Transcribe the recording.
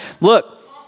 Look